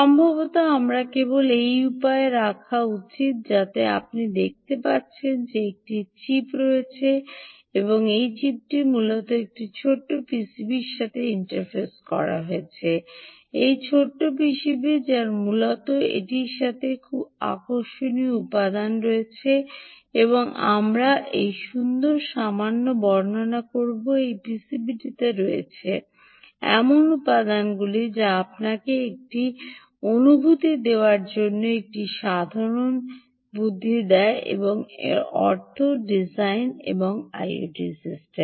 সম্ভবত আমার কেবল এই উপায়ে রাখা উচিত যাতে আপনি দেখতে পাচ্ছেন যে একটি চিপটি এখানে রয়েছে এবং সেই চিপটি মূলত এই ছোট্ট পিসিবির সাথে ইন্টারফেস করা হয়েছে এই ছোট্ট পিসিবি যার মূলত এটির সাথে খুব আকর্ষণীয় উপাদান রয়েছে এবং আমরা এই সুন্দর সামান্য বর্ণনা করব এই পিসিবিতে রয়েছে এমন উপাদানগুলি যা আপনাকে একটি অনুভূতি দেওয়ার জন্য একটি ধারণা দেয় মূলত এর অর্থ ডিজাইন এবং আইওটি সিস্টেম